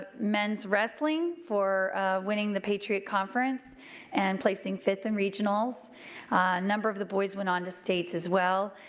ah men's wrestling for winning the patriot conference and placing fifth in regionals. a number of the boys went on to state as well.